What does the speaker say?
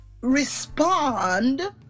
respond